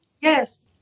Yes